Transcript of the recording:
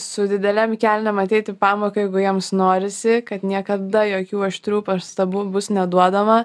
su didelėm kelnėm ateit į pamoką jeigu jiems norisi kad niekada jokių aštrių pastabų bus neduodama